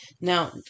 Now